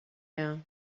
now